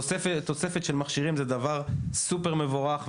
תוספת של מכשירים זה דבר סופר מבורך,